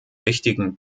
wichtigen